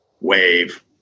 wave